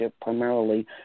primarily